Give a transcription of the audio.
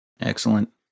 Excellent